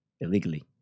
illegally